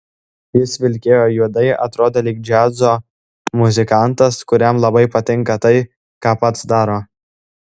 jis vilkėjo juodai atrodė lyg džiazo muzikantas kuriam labai patinka tai ką pats daro